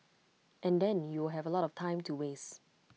and then you will have A lot of time to waste